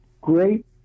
great